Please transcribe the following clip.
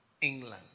England